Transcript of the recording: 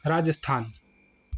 Rajasthan